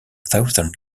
southern